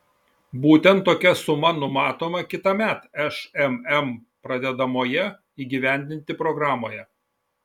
būtent tokia suma numatoma kitąmet šmm pradedamoje įgyvendinti programoje